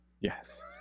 Yes